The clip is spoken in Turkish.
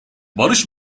barış